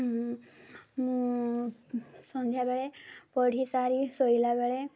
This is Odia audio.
ମୁଁ ସନ୍ଧ୍ୟାବେଳେ ପଢ଼ି ସାରି ଶୋଇଲାବେଳେ